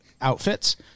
outfits